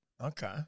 Okay